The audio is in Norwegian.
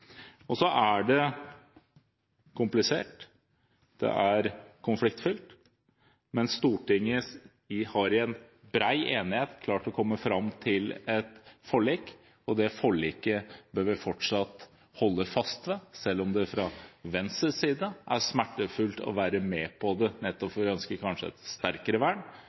bestanden. Så er det komplisert, det er konfliktfylt, men Stortinget har i en bred enighet klart å komme fram til et forlik. Det forliket bør vi fortsatt holde fast ved, selv om det fra Venstres side er smertefullt å være med på det, nettopp fordi vi kanskje ønsker et sterkere vern